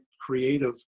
creative